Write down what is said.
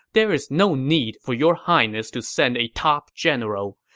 there is no need for your highness to send a top general.